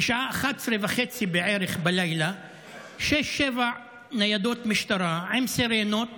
בשעה 23:30 בערך, שש, שבע ניידות משטרה עם סירנות